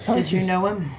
did you know him?